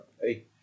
Hey